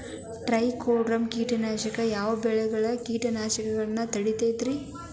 Trichoderma ಕೇಟನಾಶಕ ಯಾವ ಬೆಳಿಗೊಳ ಕೇಟಗೊಳ್ನ ತಡಿತೇತಿರಿ?